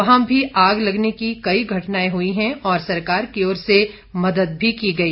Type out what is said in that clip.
वहां भी आग लगने की कई घटनाएं हुई हैं और सरकार की ओर से मदद भी की गई